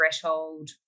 threshold